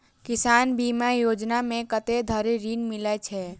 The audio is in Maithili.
किसान बीमा योजना मे कत्ते धरि ऋण मिलय छै?